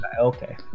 okay